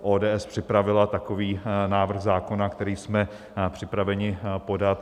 ODS připravila takový návrh zákona, který jsme připraveni podat.